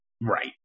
Right